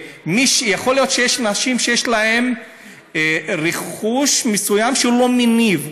יכול להיות שיש אנשים שיש להם רכוש מסוים שהוא לא מניב,